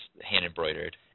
hand-embroidered